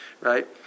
right